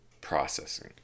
processing